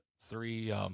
three